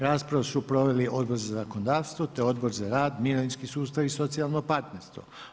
Raspravu su proveli Odbor za zakonodavstvo te Odbor za rad, mirovinski sustav i socijalno partnerstvo.